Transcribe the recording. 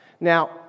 Now